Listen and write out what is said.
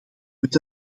met